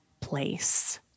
place